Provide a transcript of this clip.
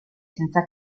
senza